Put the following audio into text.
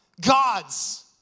God's